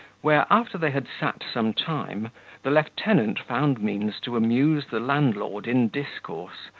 where after they had sat some time the lieutenant found means to amuse the landlord in discourse,